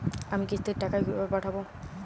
আমি কিস্তির টাকা কিভাবে পাঠাব?